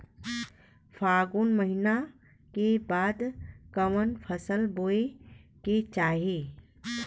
फागुन महीना के बाद कवन फसल बोए के चाही?